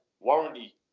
warranty